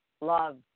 love